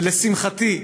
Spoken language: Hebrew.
ולשמחתי,